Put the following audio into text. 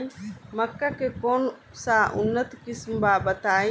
मक्का के कौन सा उन्नत किस्म बा बताई?